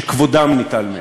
שכבודם ניטל מהם.